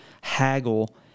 haggle